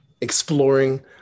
exploring